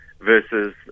versus